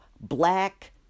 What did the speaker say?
black